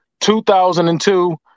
2002